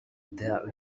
there